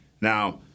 Now